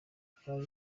akari